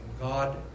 God